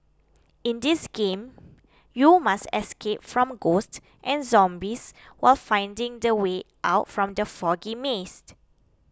in this game you must escape from ghosts and zombies while finding the way out from the foggy maze